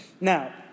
Now